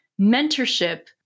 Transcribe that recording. mentorship